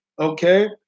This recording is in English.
okay